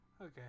Okay